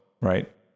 right